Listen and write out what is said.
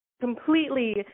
completely